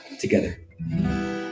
together